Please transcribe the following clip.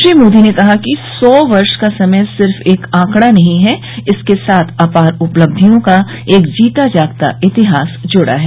श्री मोदी ने कहा कि सौ वर्ष का समय सिर्फ एक आंकड़ा नहीं है इसके साथ अपार उपलब्धियों का एक जीता जागता इतिहास जुड़ा है